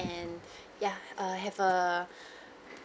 ya have a